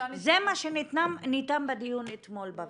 זה מה שניתן בדיון אתמול בוועדה.